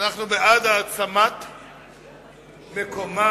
אנחנו בעד העצמת מקומה,